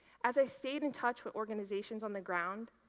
as i stayed in touch with organizations on the ground,